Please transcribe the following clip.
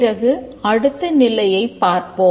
பிறகு அடுத்த நிலையைப் பார்க்கிறோம்